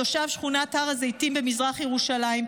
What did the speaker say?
תושב שכונת הר הזיתים במזרח ירושלים,